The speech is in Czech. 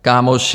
Kámoši.